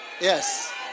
yes